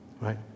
right